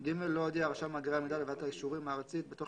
(ג)לא הודיע רשם מאגרי המידע לוועדת האישורים הארצית בתוך